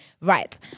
right